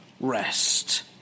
rest